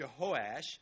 Jehoash